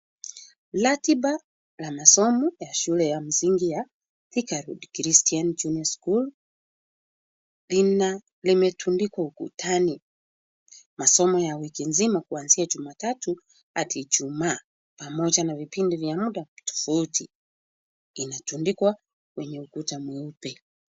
Ratiba ya masomo ya shule ya msingi ya Thika Road Christian Junior School, jina limetundikwa ukutani, masomo ya wiki mzima kwanzia juma tatu hadi juma pamoja na vipindi vya muda tofauti vimetundikwa kwenye ukuta mweupe.